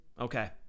Okay